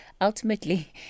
ultimately